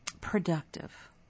productive